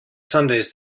sundays